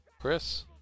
Chris